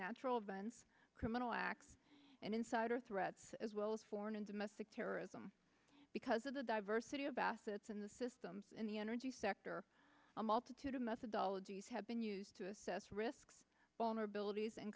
natural events criminal acts and insider threats as well as foreign and domestic terrorism because of the diversity of assets in the systems in the energy sector a multitude of methodologies have been used to assess risk vulnerabilities and